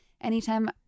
Anytime